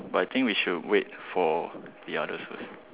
but I think we should wait for the others first